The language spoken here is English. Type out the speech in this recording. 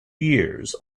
years